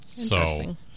Interesting